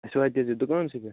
اسہِ واتہِ حظ یہِ دُکانسٕے پٮ۪ٹھ